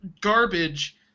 garbage